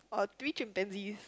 or three chimpanzees